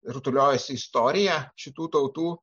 rutuliojosi istorija šitų tautų